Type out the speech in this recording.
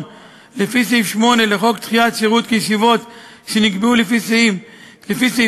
לפי סעיף 8 לחוק דחיית שירות כישיבות שנקבעו לפי סעיפים 22א,